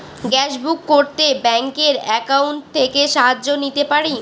Gas book করতে ব্যাংকের account থেকে সাহায্য নিতে পারি?